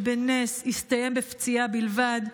ובנס הוא הסתיים בפציעה בלבד.